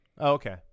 okay